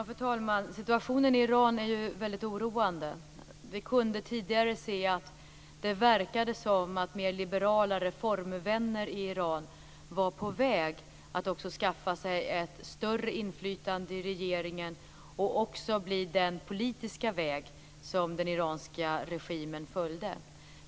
Fru talman! Situationen i Iran är väldigt oroande. Vi kunde tidigare se att det verkade som att mer liberala reformvänner i Iran var på väg att skaffa sig ett större inflytande i regeringen och bli den politiska väg som den iranska regimen följde.